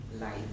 life